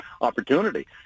opportunity